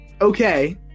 okay